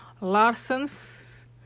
Larson's